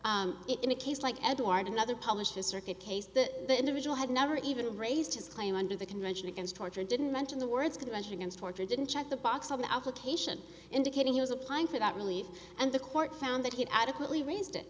it in a case like edouard another published a circuit case that the individual had never even raised his claim under the convention against torture and didn't mention the words convention against torture didn't check the box on the application indicating he was applying for that relief and the court found that he adequately raised it